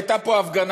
הייתה פה הפגנה.